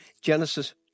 Genesis